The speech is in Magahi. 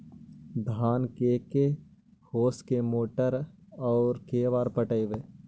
धान के के होंस के मोटर से औ के बार पटइबै?